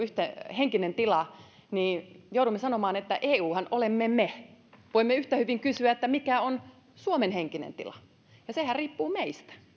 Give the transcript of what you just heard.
henkinen tila joudumme sanomaan että euhan olemme me voimme yhtä hyvin kysyä mikä on suomen henkinen tila ja sehän riippuu meistä